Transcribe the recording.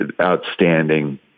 outstanding